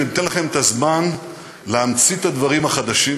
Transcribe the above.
אני נותן לכם את הזמן להמציא את הדברים החדשים.